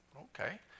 Okay